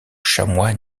chamois